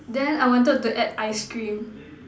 then I wanted to add ice cream